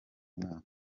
mwaka